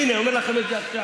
הינה, אני אומר לכם את זה עכשיו.